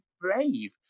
brave